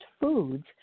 foods